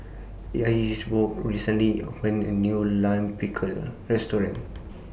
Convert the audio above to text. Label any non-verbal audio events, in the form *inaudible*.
Ingeborg recently opened A New Lime Pickle Restaurant *noise*